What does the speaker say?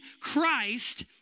Christ